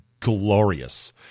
glorious